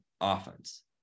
offense